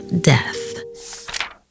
death